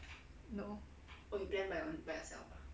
no